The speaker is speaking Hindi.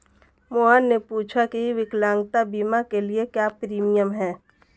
मोहन ने पूछा की विकलांगता बीमा के लिए क्या प्रीमियम है?